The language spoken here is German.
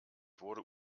wurde